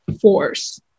force